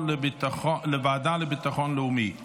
לוועדה לביטחון לאומי נתקבלה.